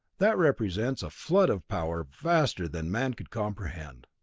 that represents a flood of power vaster than man could comprehend.